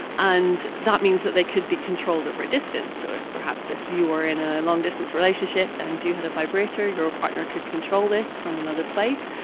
and that means that they could be controlled over a distance, so perhaps if you were in a long distance relationship and you had a vibrator, your partner could control this from another place.